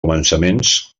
començaments